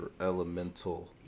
elemental